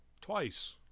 Twice